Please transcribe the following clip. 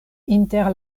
inter